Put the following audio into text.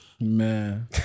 Man